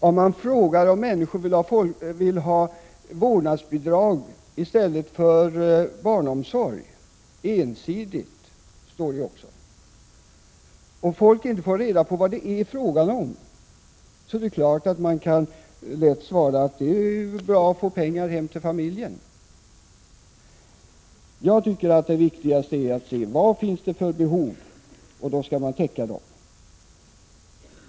Om man bara frågar om människor vill ha vårdnadsbidrag i stället för barnomsorg och folk inte får reda på vad det är fråga om, är det klart att de lätt svarar att det är bra att få pengar hem till familjen. Jag tycker att det viktigaste är att se efter vad det finns för behov och försöka täcka dem.